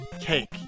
cake